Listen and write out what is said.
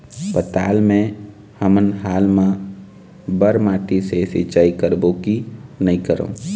पताल मे हमन हाल मा बर माटी से सिचाई करबो की नई करों?